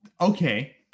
Okay